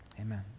Amen